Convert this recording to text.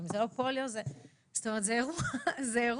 זאת אומרת, זה אירוע.